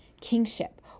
kingship